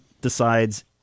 decides